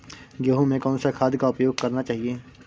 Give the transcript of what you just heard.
गेहूँ में कौन सा खाद का उपयोग करना चाहिए?